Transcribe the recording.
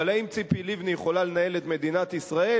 אבל האם ציפי לבני יכולה לנהל את מדינת ישראל?